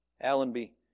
Allenby